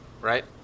right